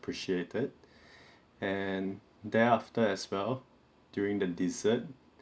appreciated and thereafter as well during the dessert